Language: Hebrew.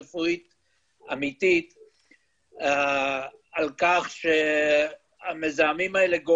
רציתי להביע את הערכתי ושמחתי על כמה הדיון הזה הוא הוא